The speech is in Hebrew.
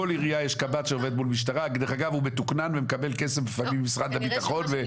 דרך אגב הוא מתוקנן והוא מקבל כסף לפעמים ממשרד הביטחון.